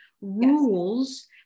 rules